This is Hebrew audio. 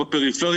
בבקשה.